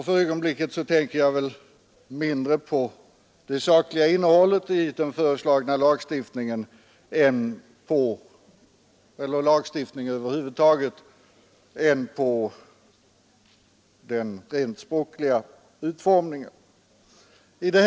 För ögonblicket tänker jag mindre på det sakliga innehållet ilagstiftningen och mera på den rent språkliga utformningen.